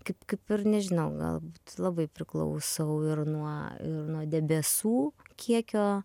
kaip kaip ir nežinau galbūt labai priklausau ir nuo ir nuo debesų kiekio